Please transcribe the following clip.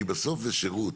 כי בסוף זה שירות,